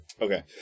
Okay